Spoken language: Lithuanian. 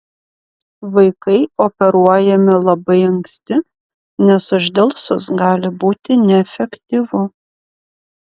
vaikai operuojami labai anksti nes uždelsus gali būti neefektyvu